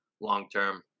long-term